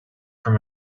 from